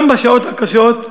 גם בשעות הקשות,